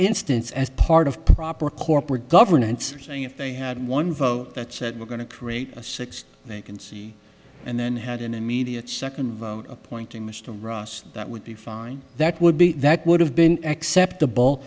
instance as part of proper corporate governance and if they had one vote that said we're going to create a six they can see and then had an immediate second vote appointing mr ross that would be fine that would be that would have been acceptable